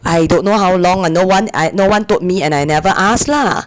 I don't know how long no one I no one told me and I never ask lah